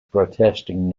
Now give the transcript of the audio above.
protesting